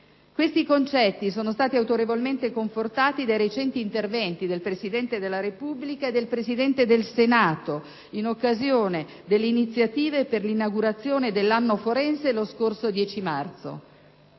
Questi concetti sono stati autorevolmente confortati dai recenti interventi del Presidente della Repubblica e del Presidente del Senato in occasione delle iniziative per l'inaugurazione dell'anno forense lo scorso 10 marzo.